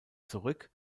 zurück